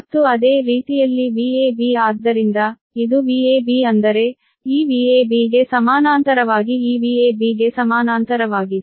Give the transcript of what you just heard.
ಮತ್ತು ಅದೇ ರೀತಿಯಲ್ಲಿ Vab ಆದ್ದರಿಂದ ಇದು Vab ಅಂದರೆ ಈ Vab ಗೆ ಸಮಾನಾಂತರವಾಗಿ ಈ Vab ಗೆ ಸಮಾನಾಂತರವಾಗಿದೆ